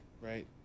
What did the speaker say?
right